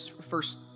first